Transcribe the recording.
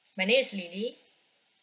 my name is lily